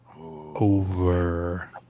over